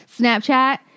Snapchat